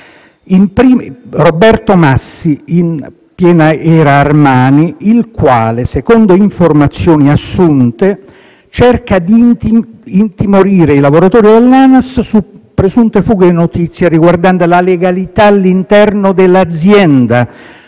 il 1° ottobre 2016, in piena era Armani. Secondo informazioni assunte, egli cerca di intimorire i lavoratori dell'ANAS su presunte fughe di notizie riguardanti la legalità all'interno dell'azienda,